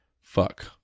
fuck